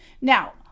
Now